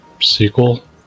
sequel